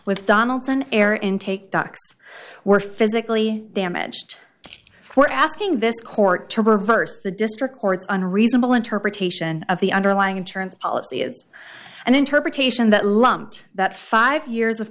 with donaldson air intake docks were physically damaged we're asking this court to reverse the district courts on reasonable interpretation of the underlying insurance policy is an interpretation that lumped that five years of